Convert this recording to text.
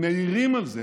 הם מעירים על זה.